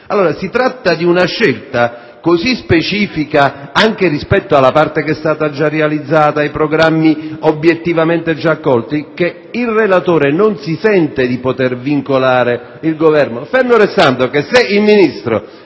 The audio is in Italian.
altre. Si tratta di una scelta così specifica anche rispetto alla parte che è già stata realizzata e ai programmi obiettivamente già accolti, che il relatore non si sente di vincolare il Governo in tal senso, fermo restando che se il Ministro